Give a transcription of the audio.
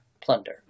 plunder